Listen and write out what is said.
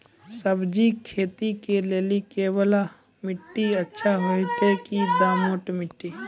सब्जी खेती के लेली केवाल माटी अच्छा होते की दोमट माटी?